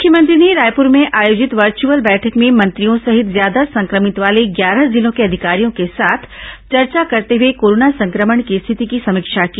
मुख्यमंत्री ने रायपुर में आयोजित वर्चुअल बैठक में मंत्रियों सहित ज्यादा संक्रमित वाले ग्यारह जिलों के अधिकारियों के साथ चर्चा करते हुए कोरोना संक्रमण की स्थिति की समीक्षा की